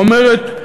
היא אומרת: